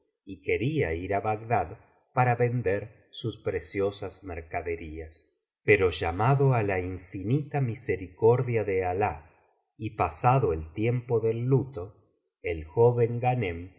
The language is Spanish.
y quería ir á bagdad para vender sus preciosas mercaderías pero llamado á la infinita misericordia de alah y pasado el tiempo del luto el joven ghanem